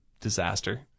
disaster